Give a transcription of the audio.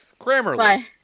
Grammarly